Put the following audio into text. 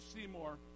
Seymour